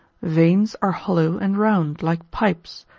veins are hollow and round, like pipes,